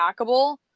packable